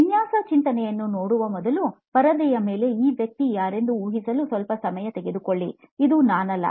ವಿನ್ಯಾಸ ಚಿಂತನೆ ಯನ್ನು ನೋಡುವ ಮೊದಲು ಪರದೆಯ ಮೇಲೆ ಈ ವ್ಯಕ್ತಿ ಯಾರೆಂದು ಊಹಿಸಲು ಸ್ವಲ್ಪ ಸಮಯ ತೆಗೆದುಕೊಳ್ಳಿ ಇದು ನಾನಲ್ಲ